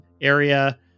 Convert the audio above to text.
area